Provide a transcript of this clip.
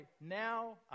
now